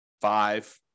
five